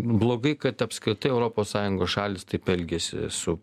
blogai kad apskritai europos sąjungos šalys taip elgiasi su